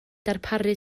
darparu